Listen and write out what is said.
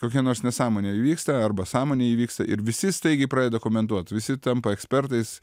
kokia nors nesąmonė įvyksta arba sąmonė įvyksta ir visi staigiai pradeda komentuot visi tampa ekspertais